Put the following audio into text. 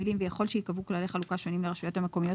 המילים "ויכול שייקבעו כללי חלוקה שונים לרשויות המקומיות